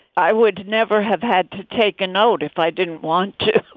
i would never have had to take a note if i didn't want to.